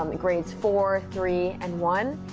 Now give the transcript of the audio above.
um and grades four, three, and one.